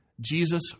Jesus